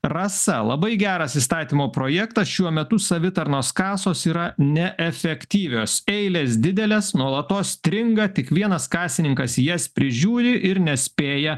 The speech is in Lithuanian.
rasa labai geras įstatymo projektas šiuo metu savitarnos kasos yra neefektyvios eilės didelės nuolatos stringa tik vienas kasininkas jas prižiūri ir nespėja